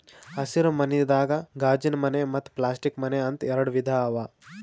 ಹಸಿರ ಮನಿದಾಗ ಗಾಜಿನಮನೆ ಮತ್ತ್ ಪ್ಲಾಸ್ಟಿಕ್ ಮನೆ ಅಂತ್ ಎರಡ ವಿಧಾ ಅವಾ